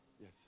Yes